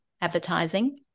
advertising